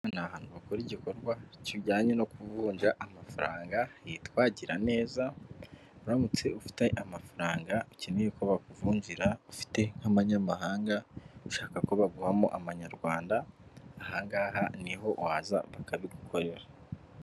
Ni ahantu bakora igikorwa kijyanye no kuvunja amafaranga hitwa Giraneza, uramutse ufite amafaranga ukeneye ko bakuvunjira, ufite nk'amanyamahanga ushaka ko baguhamo amanyarwanda, aha ngaha niho waza bakabigukorera.